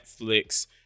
Netflix